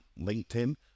linkedin